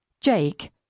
Jake